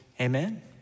Amen